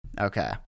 okay